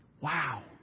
Wow